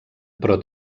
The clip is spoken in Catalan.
però